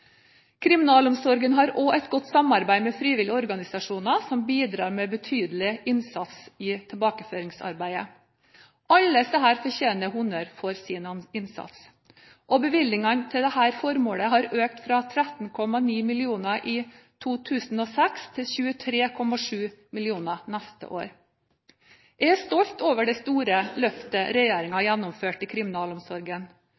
Kriminalomsorgen har også et godt samarbeid med frivillige organisasjoner, som bidrar med betydelig innsats i tilbakeføringsarbeidet. Alle disse fortjener honnør for sin innsats. Bevilgningene til dette formålet har økt fra 13,9 mill. kr i 2006 til 23,7 mill. kr neste år. Jeg er stolt over det store løftet